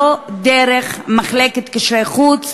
לא דרך מחלקת קשרי חוץ,